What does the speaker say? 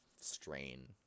strain